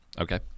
Okay